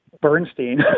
Bernstein